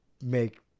make